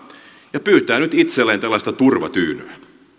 ja pyytävät nyt itselleen tällaista turvatyynyä